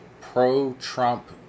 pro-Trump